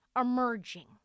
emerging